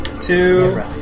Two